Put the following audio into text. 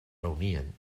reunien